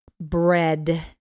bread